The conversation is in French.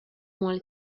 moins